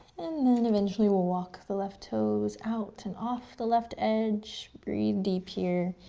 then eventually we'll walk the left toes out and off the left edge. breath deep, here.